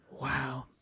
Wow